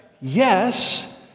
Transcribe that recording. yes